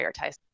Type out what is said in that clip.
prioritize